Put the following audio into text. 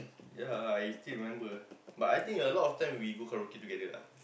ya I still remember but I think a lot of time we go karaoke together ah